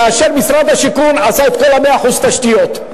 כאשר משרד השיכון עשה את כל 100% התשתיות,